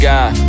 God